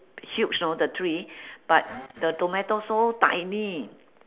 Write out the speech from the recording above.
huge know the tree but the tomato so tiny